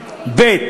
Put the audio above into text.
ב.